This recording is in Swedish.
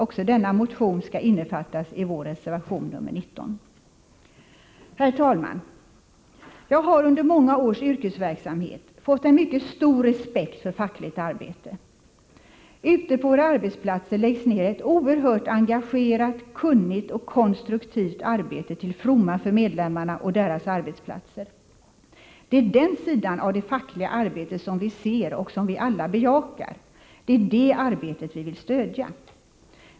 Också denna motion skall innefattas i vår reservation nr 19. Herr talman! Jag har under många års yrkesverksamhet fått en mycket stor respekt för fackligt arbete. Ute på våra arbetsplatser läggs ner ett oerhört engagerat, kunnigt och konstruktivt arbete till fromma för medlemmarna och deras arbetsplatser. Det är den sidan av det fackliga arbetet som vi ser och som vi alla bejakar. Det är det arbetet vi vill stödja.